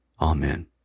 Amen